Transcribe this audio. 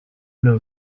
know